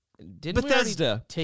Bethesda